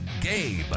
Gabe